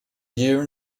year